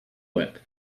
lip